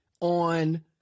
on